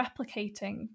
replicating